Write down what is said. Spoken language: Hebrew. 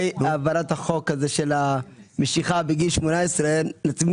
את העברת החוק של המשיכה בגיל 18 לחוק